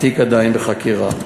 התיק עדיין בחקירה.